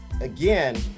again